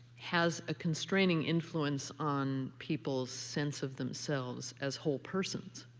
has a constraining influence on people's sense of themselves as whole persons.